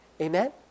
Amen